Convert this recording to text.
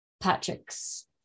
Patrick's